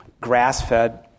grass-fed